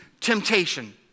temptation